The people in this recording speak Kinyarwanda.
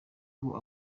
ngo